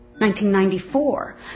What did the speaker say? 1994